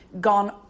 gone